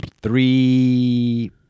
three